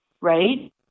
right